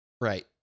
Right